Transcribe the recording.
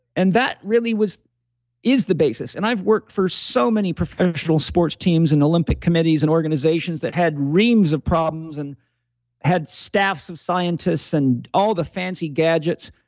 and that really is the basis. and i've worked for so many professional sports teams and olympic committees and organizations that had reams of problems and had staffs of scientists and all the fancy gadgets.